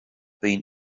been